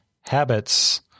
habits